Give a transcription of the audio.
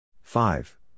Five